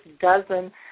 Dozen